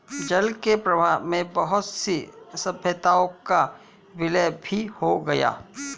जल के प्रवाह में बहुत सी सभ्यताओं का विलय भी हो गया